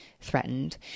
threatened